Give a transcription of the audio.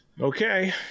Okay